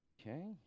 Okay